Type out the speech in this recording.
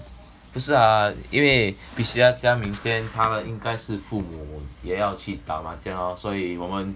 不是 ah 因为 priscilla 家明天她应该是父母也要去打麻将 lor 所以我们